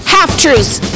Half-truths